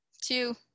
two